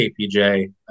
KPJ –